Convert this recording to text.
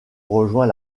rejoint